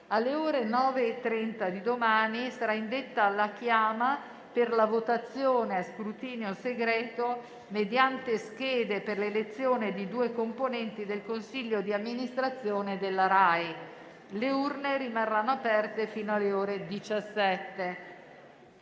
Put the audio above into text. Alle ore 9,30 di domani sarà indetta la chiama per la votazione a scrutinio segreto mediante schede per l'elezione di due componenti del consiglio di amministrazione della RAI. Le urne rimarranno aperte fino alle ore 17.